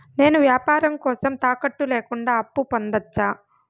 నేను వ్యాపారం కోసం తాకట్టు లేకుండా అప్పు పొందొచ్చా?